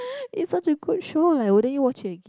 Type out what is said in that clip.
it's such a good show like wouldn't you watch it